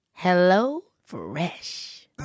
HelloFresh